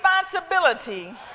responsibility